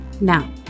Now